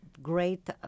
great